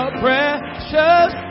precious